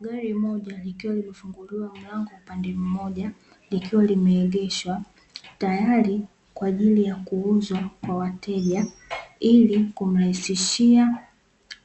Gari moja likiwa limefunguliwa mlango upande mmoja, likiwa limeegeshwa. Tayari kwa ajili ya kuuzwa kwa wateja , ili kumrahisishia